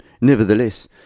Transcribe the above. Nevertheless